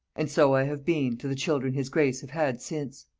and so i have been to the children his grace have had since.